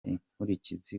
inkurikizi